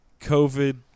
COVID